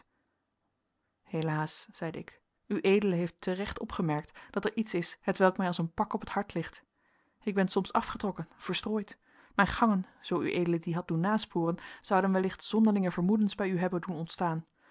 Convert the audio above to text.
helaas zeide ik ued heeft te recht opgemerkt dat er iets is hetwelk mij als een pak op het hart ligt ik ben soms afgetrokken verstrooid mijn gangen zoo ued die had doen nasporen zouden wellicht zonderlinge vermoedens bij u hebben doen ontstaan